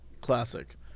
Classic